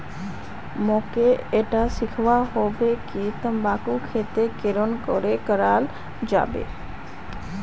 मोक ईटा सीखवा हबे कि तंबाकूर खेती केरन करें कराल जाबे